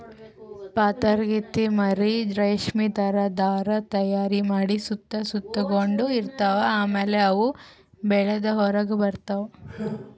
ಪಾತರಗಿತ್ತಿ ಮರಿ ರೇಶ್ಮಿ ಥರಾ ಧಾರಾ ತೈಯಾರ್ ಮಾಡಿ ಸುತ್ತ ಸುತಗೊಂಡ ಇರ್ತವ್ ಆಮ್ಯಾಲ ಅವು ಬೆಳದ್ ಹೊರಗ್ ಬರ್ತವ್